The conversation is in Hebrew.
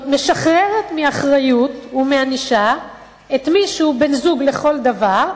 משחררת מאחריות או מענישה את מי שהוא בן-זוג לכל דבר,